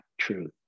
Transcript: truth